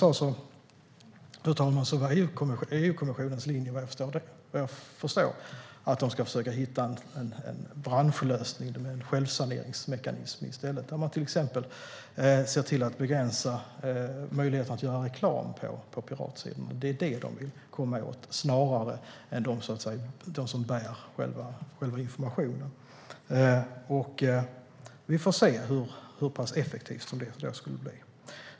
Såvitt jag vet är EU-kommissionens linje att man ska hitta en branschlösning, en självsaneringsmekanism där man till exempel ser till att begränsa möjligheten att göra reklam på piratsidorna. Det är detta de vill komma åt snarare än dem som bär själva informationen. Vi får se hur pass effektivt detta blir.